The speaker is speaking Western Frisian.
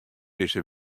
dizze